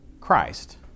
Christ